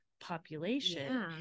population